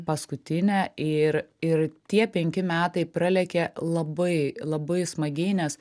paskutinė ir ir tie penki metai pralėkė labai labai smagiai nes